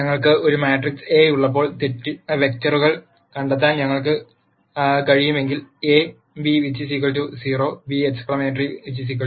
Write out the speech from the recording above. ഞങ്ങൾക്ക് ഒരു matrix A ഉള്ളപ്പോൾ വെക്റ്ററുകൾ കണ്ടെത്താൻ ഞങ്ങൾക്ക് കഴിയുമെങ്കിൽ A β 0 β